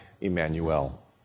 Emmanuel